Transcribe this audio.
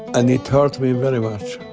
and it hurt me very much.